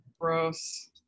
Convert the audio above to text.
Gross